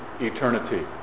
eternity